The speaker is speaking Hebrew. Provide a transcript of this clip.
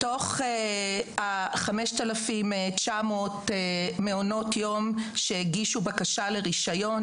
מתוך 5,900 מעונות יום שהגישו בקשה לרישיון,